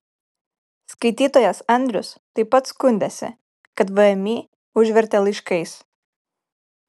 skaitytojas andrius taip pat skundėsi kad vmi užvertė laiškais